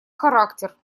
характер